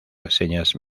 reseñas